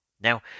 Now